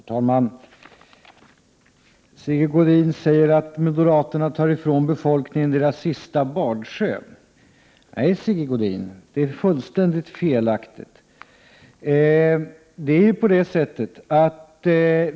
Herr talman! Sigge Godin sade att moderaterna tar ifrån befolkningen dess sista badsjö. Nej, Sigge Godin, det är fullständigt felaktigt!